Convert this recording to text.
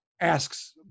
asks